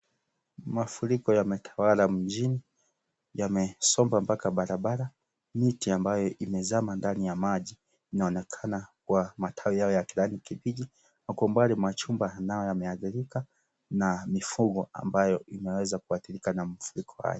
Mafuriko yametawala mjini, yamesomba mpaka barabara miti ambayo imezama ndani ya maji inaonekana kwa matawi yao ya kijani kimbichi na kwa umbali majumba nayo yameadhirika na mifugo ambayo imeweza kuadhirika na mafuriko hayo.